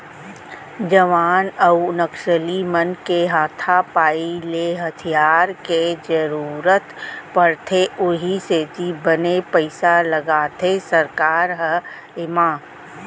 जवान अउ नक्सली मन के हाथापाई ले हथियार के जरुरत पड़थे उहीं सेती बने पइसा लगाथे सरकार ह एमा